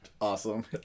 awesome